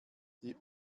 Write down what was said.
die